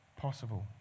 possible